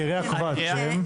אני אסביר.